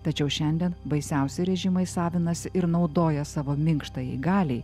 tačiau šiandien baisiausi režimai savinasi ir naudoja savo minkštajai galiai